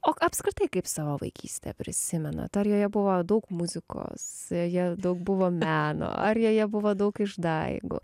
o apskritai kaip savo vaikystę prisimenat ar joje buvo daug muzikos joje daug buvo meno ar joje buvo daug išdaigų